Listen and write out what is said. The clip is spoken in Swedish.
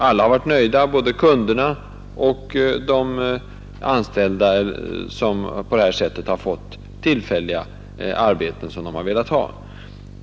Alla har varit nöjda — både kunderna och de anställda som på detta sätt fått tillfälliga arbeten som de har velat ha.